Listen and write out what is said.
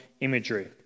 imagery